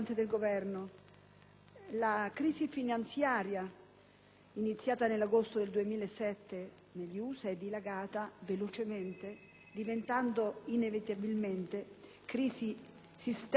la crisi finanziaria, iniziata nell'agosto 2007 negli USA, è dilagata velocemente, diventando inevitabilmente crisi sistemica e planetaria.